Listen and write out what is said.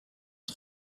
son